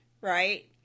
Right